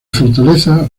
fortaleza